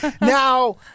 Now